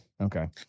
okay